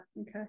okay